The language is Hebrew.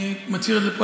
אני מצהיר את זה פה,